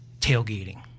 tailgating